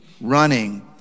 Running